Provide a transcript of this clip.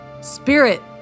Spirit